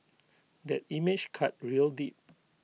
that image cut real deep